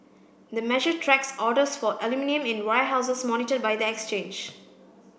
the measure tracks orders for aluminium in warehouses monitored by the exchange